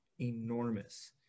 enormous